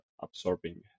absorbing